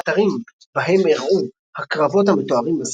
באתרים בהם אירעו הקרבות המתוארים בספר.